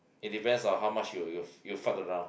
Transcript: it depends on how much you you you fart around